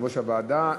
יושב-ראש הוועדה.